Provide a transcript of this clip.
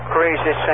Crazy